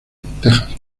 texas